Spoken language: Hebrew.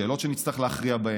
שאלות שנצטרך להכריע בהן,